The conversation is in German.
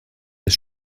des